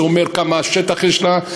זה אומר כמה שטח יש לה,